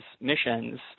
missions